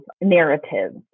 narratives